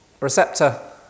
receptor